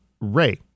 ray